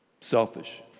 selfish